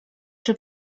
czy